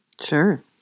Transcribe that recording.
Sure